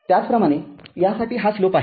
त्याचप्रमाणे या साठी हा स्लोप आहे